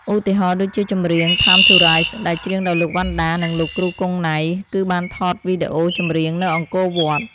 ឧទាហណ៍ដូចជាចម្រៀង "Time to Rise" ដែលច្រៀងដោយលោក វណ្ណដា និងលោកគ្រូ គង់ ណៃ គឺបានថតវីដេអូចម្រៀងនៅអង្គរវត្ត។